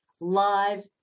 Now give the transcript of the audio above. live